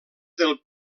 del